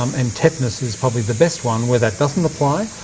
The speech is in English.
um and tetanus is probably the best one, where that doesn't apply.